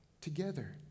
together